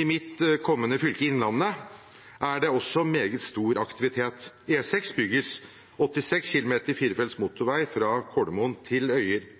I mitt kommende fylke, Innlandet, er det også meget stor aktivitet: E6 bygges med 86 km firefelts motorvei fra Kolomoen til Øyer.